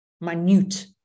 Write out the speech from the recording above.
minute